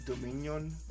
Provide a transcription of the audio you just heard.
dominion